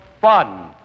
fun